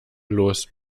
los